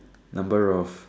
number of